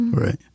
Right